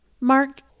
Mark